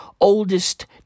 oldest